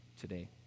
today